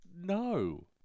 No